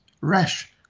rash